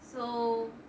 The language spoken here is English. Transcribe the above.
so